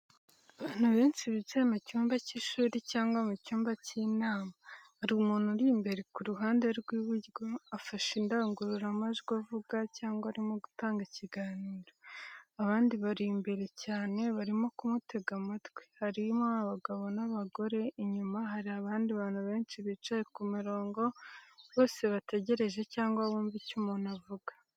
Abantu benshi bicaye mu cyumba cy’ishuri cyangwa mu cyumba cy'inama. Hari umuntu uri imbere ku ruhande rw’iburyo afashe indangururamajwi avuga cyangwa arimo gutanga ikiganiro. Abandi bari imbere cyane, barimo kumutega amatwi, harimo abagabo n’abagore inyuma hari abandi bantu benshi bicaye mu mirongo bose bategereje cyangwa bumva icyo umuntu uvuga.